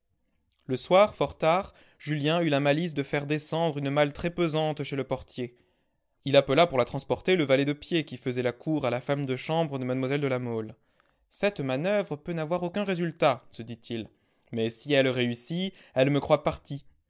le soir fort tard julien eut la malice de faire descendre une malle très pesante chez le portier il appela pour la transporter le valet de pied qui faisait la cour à la femme de chambre de mlle de la mole cette manoeuvre peut n'avoir aucun résultat se dit-il mais si elle réussit elle me croit parti